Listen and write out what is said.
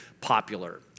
popular